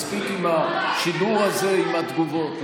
מספיק עם השידור הזה, עם התגובות.